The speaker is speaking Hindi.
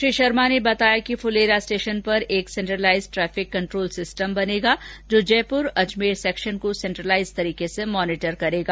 श्री शर्मा ने यह बताया कि फूलेरा स्टेशन पर एक सेंट्रलाइज्ड ट्रेफिक कंट्रोल सिस्टम बनेगा जो जयपुर अजमेर सैक्शन को सैंद्रलाइज्ड तरीके से मॉनिटर करेगा